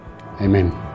Amen